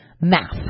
math